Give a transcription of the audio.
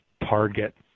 target